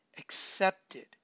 accepted